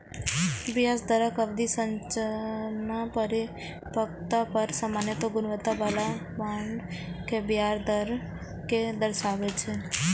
ब्याज दरक अवधि संरचना परिपक्वता पर सामान्य गुणवत्ता बला बांड के ब्याज दर कें दर्शाबै छै